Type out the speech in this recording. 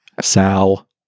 Sal